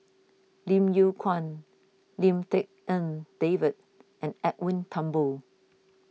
Lim Yew Kuan Lim Tik En David and Edwin Thumboo